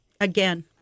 again